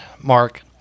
Mark